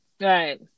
right